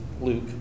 Luke